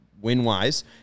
win-wise